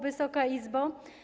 Wysoka Izbo!